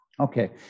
Okay